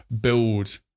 build